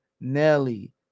Nelly